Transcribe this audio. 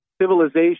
civilization